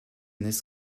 this